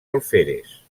alferes